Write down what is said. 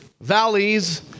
valleys